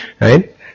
Right